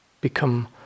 become